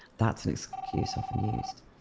that's an excuse often used.